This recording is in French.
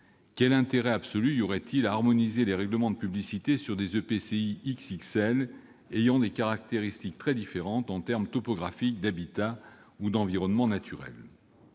Quel intérêt absolu y aurait-il à harmoniser les règlements de publicité sur des EPCI « XXL », ayant des caractéristiques très différentes en matière topographique, d'habitat ou d'environnement naturel ?